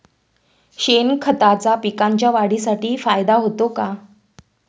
शेणखताचा पिकांच्या वाढीसाठी फायदा होतो का?